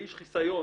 לי יש חיסיון